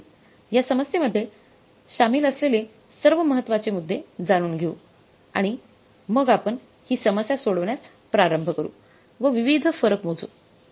या समस्येमध्ये सामील असलेले सर्व महत्त्वाचे मुद्दे जाणून घेऊ आणि मग आपण ही समस्या सोडवण्यास प्रारंभ करू व विविध फरक मोजू